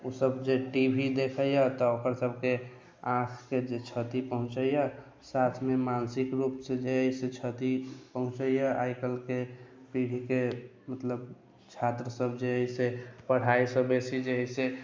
ओसब जे T V देखैए तऽ ओकर सबके आँखिके जे क्षति पहुँचैए साथमे मानसिक रूपसँ जे अइ से क्षति पहुँचैए आइ काल्हिके पीढ़ीके मतलब छात्र सब जे अइसे पढ़ाईसँ बेसी जे अइसँ